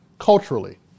Culturally